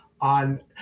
on